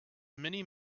many